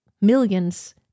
millions